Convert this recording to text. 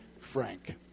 Frank